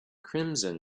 crimson